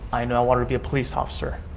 i wanted to be a police officer.